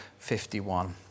51